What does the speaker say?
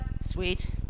sweet